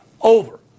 over